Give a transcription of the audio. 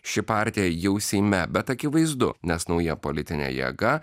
ši partija jau seime bet akivaizdu nes nauja politinė jėga